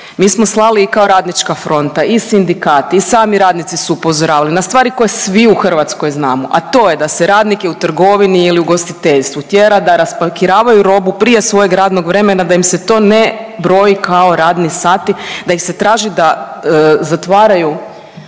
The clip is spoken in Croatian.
mi smo slali i kao Radnička fronta i sindikat i sami radnici su upozoravali na stvari koje svi u Hrvatskoj znamo, a to je da se radnike u trgovini ili u ugostiteljstvu tjera da raspakiravaju robu prije svojeg radnog vremena da im se to ne broji kao radni sati, da ih se traži da zatvaraju